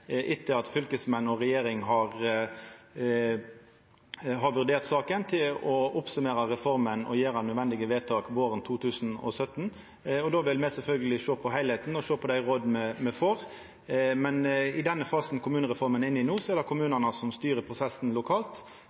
etter at fylkesmenn og regjering har vurdert saka, å summera opp reforma og gjera nødvendige vedtak våren 2017, og då vil me sjølvsagt sjå på heilskapen og sjå på dei råda me får. Men i den fasen som kommunereforma er inne i no, er det kommunane som styrer prosessen lokalt,